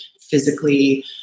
physically